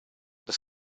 das